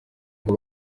ngo